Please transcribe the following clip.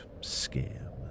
scam